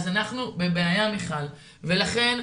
אז אנחנו בבעיה מיכל ולכן,